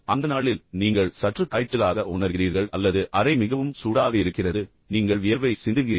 அந்த நாளில் நீங்கள் சற்று காய்ச்சலாக உணர்கிறீர்கள் அல்லது அறை மிகவும் சூடாக இருக்கிறது மிகவும் சூடாக இருக்கிறது நீங்கள் வியர்வை சிந்துகிறீர்கள்